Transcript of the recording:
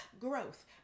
Growth